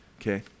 okay